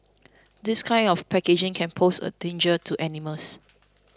this kind of packaging can pose a danger to animals